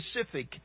specific